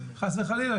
חס וחלילה,